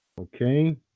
Okay